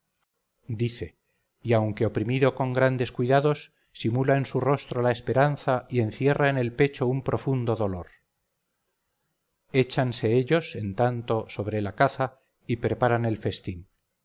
dice y aunque oprimido con grandes cuidados simula en su rostro la esperanza y encierra en el pecho un profundo dolor échanse ellos en tanto sobre la caza y preparan el festín